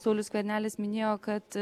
saulius skvernelis minėjo kad